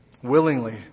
willingly